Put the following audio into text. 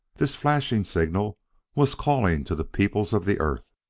this flashing signal was calling to the peoples of the earth!